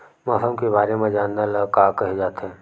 मौसम के बारे म जानना ल का कहे जाथे?